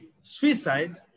suicide